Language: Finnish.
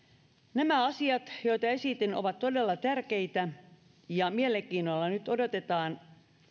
nämä asiat joita esitin ovat todella tärkeitä ja mielenkiinnolla nyt odotetaan